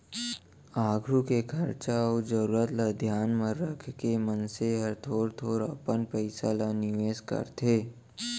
आघु के खरचा अउ जरूरत ल धियान म रखके मनसे ह थोर थोर अपन पइसा ल निवेस करथे